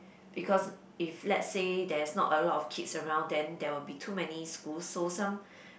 because if let's say there's not a lot of kids around then there will be too many schools so some